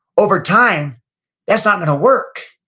over time that's not gonna work.